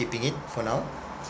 keeping it for now